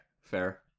Fair